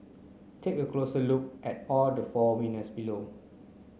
take a closer look at all the four winners below